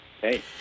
Hey